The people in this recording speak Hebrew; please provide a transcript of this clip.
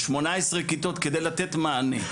18 כיתות כדי לתת מענה.